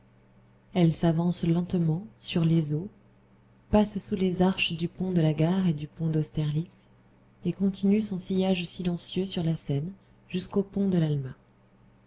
elle s'avance lentement sur les eaux passe sous les arches du pont de la gare et du pont d'austerlitz et continue son sillage silencieux sur la seine jusqu'au pont de l'alma